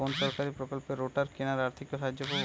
কোন সরকারী প্রকল্পে রোটার কেনার আর্থিক সাহায্য পাব?